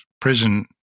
prison